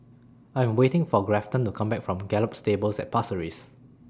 I Am waiting For Grafton to Come Back from Gallop Stables At Pasir Ris